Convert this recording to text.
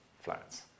flats